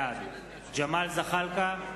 בעד ג'מאל זחאלקה,